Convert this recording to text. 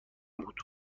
بود